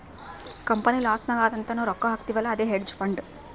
company loss ನಾಗ್ ಅದಾ ಅಂತ್ ನಾವ್ ರೊಕ್ಕಾ ಹಾಕ್ತಿವ್ ಅಲ್ಲಾ ಅದೇ ಹೇಡ್ಜ್ ಫಂಡ್